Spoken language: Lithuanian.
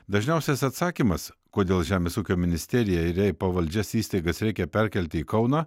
dažniausias atsakymas kodėl žemės ūkio ministeriją ir jai pavaldžias įstaigas reikia perkelti į kauną